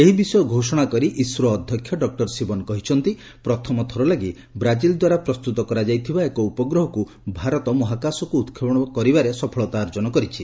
ଏହି ବିଷୟ ଘୋଷଣା କରି ଇସ୍ରୋ ଅଧ୍ୟକ୍ଷ ଡକ୍କର ଶିବନ କହିଛନ୍ତି ପ୍ରଥମଥର ଲାଗି ବ୍ରାକିଲ ଦ୍ୱାରା ପ୍ରସ୍ତୁତ କରାଯାଇଥିବା ଏକ ଉପଗ୍ରହକୁ ଭାରତ ମହାକାଶକୁ ଉତ୍କ୍ଷେପଣ କରିବାରେ ସଫଳତା ଅର୍ଜନ କରିଛି